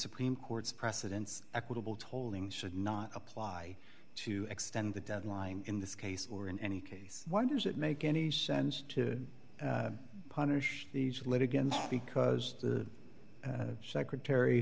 supreme court's precedents equitable tolling should not apply to extend the deadline in this case or in any case why does it make any sense to punish the huge lead again because the secretary